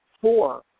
four